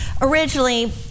originally